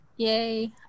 Yay